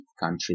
country